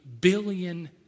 billion